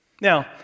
Now